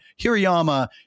Hirayama